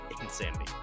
insanity